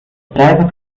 private